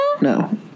no